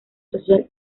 social